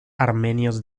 armenios